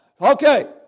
Okay